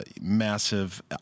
massive